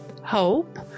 hope